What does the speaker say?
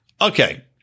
okay